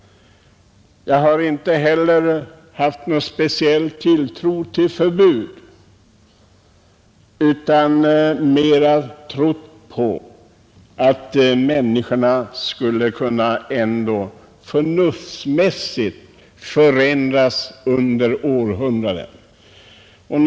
Jag har vidare inte haft någon speciell tilltro till förbud utan mera hoppats på att människorna ändå förnuftsmässigt skulle kunna förändra sin inställning.